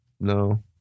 no